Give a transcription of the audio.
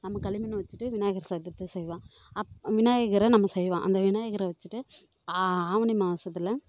நம்ம களிமண்ணை வச்சுட்டு விநாயகர் சதுர்த்தி செய்வோம் அப் விநாயகரை நம்ம செய்வோம் அந்த விநாயகரை வச்சுட்டு ஆவணி மாசத்தில்